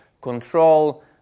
control